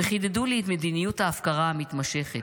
וחידדו לי את מדיניות ההפקרה המתמשכת.